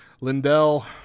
Lindell